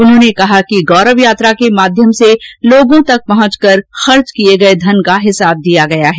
उन्होंने कहा कि गौरव यात्रा के माध्यम से लोगों तक पहुंचकर खर्च किए धन का हिसाब दिया गया है